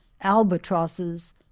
albatrosses